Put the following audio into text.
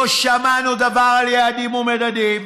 לא שמענו דבר על יעדים ומדדים.